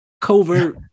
covert